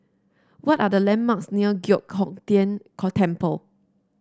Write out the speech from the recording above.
what are the landmarks near Giok Hong Tian Temple